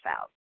out